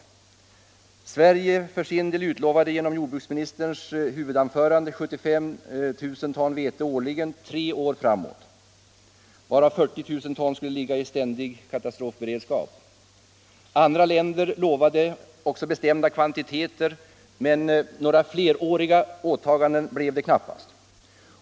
För Torsdagen den Sveriges del utlovade jordbruksministern i sitt huvudanförande 75 000 12 december 1974 ton vete årligen tre år framåt, varav 40 000 ton skulle ligga i ständig — katastrofberedskap. Andra länder lovade också bestämda kvantiteter, Ytterligare insatser men några fleråriga åtaganden gjordes knappast.